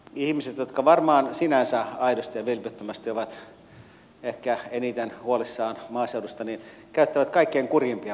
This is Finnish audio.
ihmiset jotka varmaan sinänsä aidosti ja vilpittömästi ovat ehkä eniten huolissaan maaseudusta käyttävät kaikkein kurjimpia puheenvuoroja maaseudusta